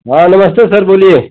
हाँ नमस्ते सर बोलिए